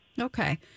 okay